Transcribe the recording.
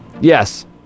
Yes